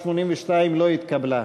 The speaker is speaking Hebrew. לא התקבלה.